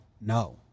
no